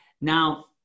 Now